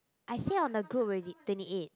I say on the group already twenty eight